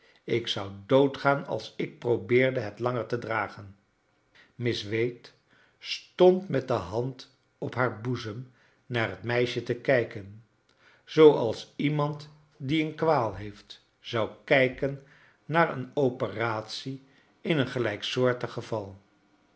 ik zou dood gaan als ik probeerde het langer te dragen miss wade stond met de hand op haar boezem naar het meisje te kijken zooals iernand die een kwaal heeft zou kijken naar een operatie in een gelijksoortig geval